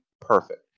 Perfect